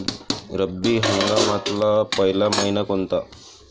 रब्बी हंगामातला पयला मइना कोनता?